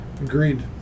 Agreed